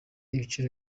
ibiciro